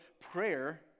prayer